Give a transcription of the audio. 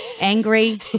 angry